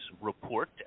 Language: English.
report